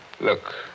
Look